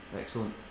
Excellent